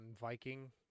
viking